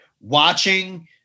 watching